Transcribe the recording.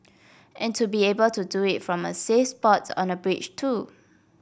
and to be able to do it from a safe spot on a bridge too